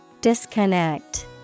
Disconnect